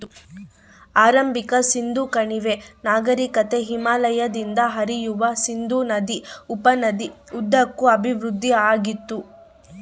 ಆರಂಭಿಕ ಸಿಂಧೂ ಕಣಿವೆ ನಾಗರಿಕತೆ ಹಿಮಾಲಯದಿಂದ ಹರಿಯುವ ಸಿಂಧೂ ನದಿ ಉಪನದಿ ಉದ್ದಕ್ಕೂ ಅಭಿವೃದ್ಧಿಆಗಿತ್ತು